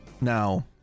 Now